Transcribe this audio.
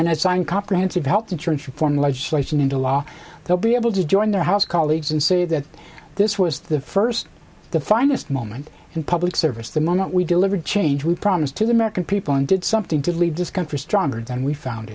signed comprehensive health insurance reform legislation into law they'll be able to join their house colleagues and say that this was the first the finest moment in public service the moment we delivered change we promised to the american people and did something to leave this country stronger than we found